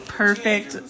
perfect